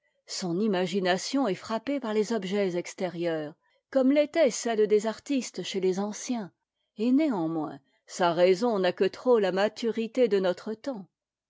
son imagination est frappée par les objets extérieurs comme l'était celle des artistes chez les anciens et néanmoins sa raisou n'a que trop la maturité de notre temps